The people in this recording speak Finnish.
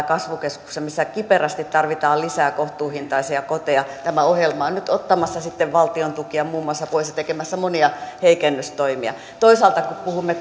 kasvukeskuksissa missä kiperästi tarvitaan lisää kohtuuhintaisia koteja tämä ohjelma on nyt ottamassa sitten valtion tukia muun muassa pois ja tekemässä monia heikennystoimia toisaalta kun puhumme